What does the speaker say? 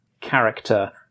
character